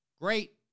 great